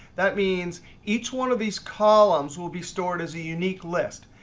that means each one of these columns will be stored as a unique list.